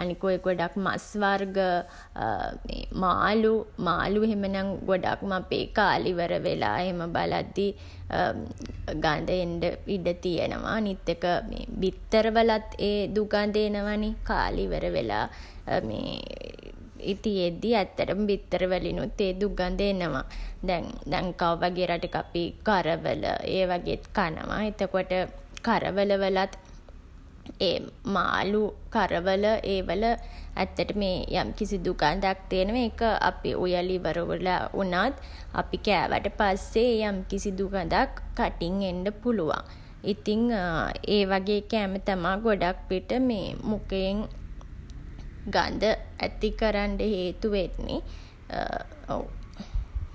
අනික ඔය ගොඩක් මස් වර්ග මේ මාළු මාළු එහෙම නම් ගොඩක්ම අපි එහෙම කාලා ඉවර වෙලා එහෙම බලද්දි ගඳ එන්ඩ ඉඩ තියෙනවා. අනිත් එක බිත්තර වලත් ඒ දුගඳ එනවා නේ කාලා ඉවර වෙලා තියෙද්දී ඇත්තටම බිත්තර වලිනුත් ඒ දුගඳ එනවා. දැන් ලංකාව වගේ රටක අපි කරවල ඒ වගෙත් කනවා. කරවල වලත් ඒ මාළු, කරවල ඒ වල ඇත්තටම ඒ යම්කිසි දුගඳක් තියෙනවා. ඒක අපි උයලා ඉවර වෙලා වුණත් අපි කෑවට පස්සේ යම්කිසි දුගඳක් කටින් එන්න පුළුවන්. ඉතින් ඒ වගේ කෑම තමා ගොඩක්විට මේ මුඛයෙන් ගඳ ඇති කරන්ඩ හේතු වෙන්නේ. ඔව්.